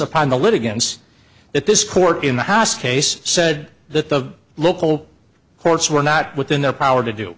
upon the litigants that this court in the house case said that the local courts were not within their power to do